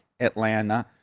Atlanta